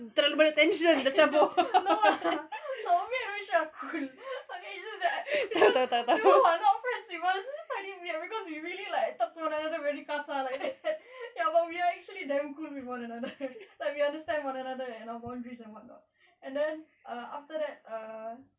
no lah no me and vishu are cool okay it's just that people people who are not friends with us will find it weird cause we really like talk to one another very kasar like but we are actually damn cool with one another like we understand one another and our boundaries and whatnot and then ah after that err